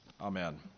Amen